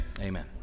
Amen